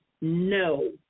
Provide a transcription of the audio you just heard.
no